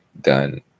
done